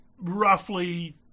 roughly